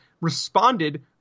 responded